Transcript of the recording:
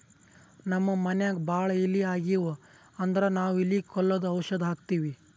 ನಮ್ಮ್ ಮನ್ಯಾಗ್ ಭಾಳ್ ಇಲಿ ಆಗಿವು ಅಂದ್ರ ನಾವ್ ಇಲಿ ಕೊಲ್ಲದು ಔಷಧ್ ಹಾಕ್ತಿವಿ